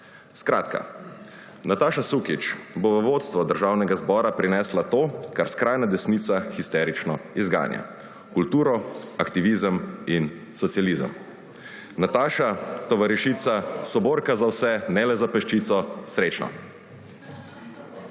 Skratka, Nataša Sukič bo v vodstvo Državnega zbora prinesla to, kar skrajna desnica histerično izganja – kulturo, aktivizem in socializem. Nataša, tovarišica, soborka za vse, ne le za peščico, srečno!